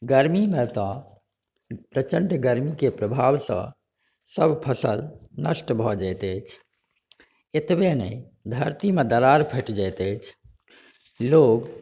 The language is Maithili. गर्मीमे तऽ प्रचण्ड गर्मीके प्रभावसँ सभ फसल नष्ट भऽ जाइत अछि एतबे नहि धरतीमे दरार फाटि जाइत अछि लोक